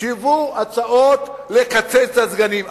כשהביאו הצעות לקצץ את מספר הסגנים,